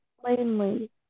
plainly